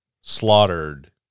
slaughtered